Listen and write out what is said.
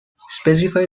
specify